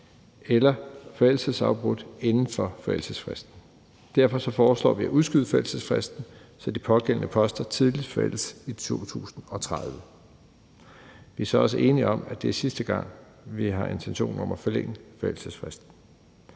eller forældelsesafbrudt inden for forældelsesfristen. Derfor foreslår vi at udskyde forældelsesfristen, så de pågældende poster tidligst forældes i 2030. Vi er så også enige om, at det er sidste gang, vi har intention om at forlænge forældelsesfristen.